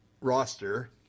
Roster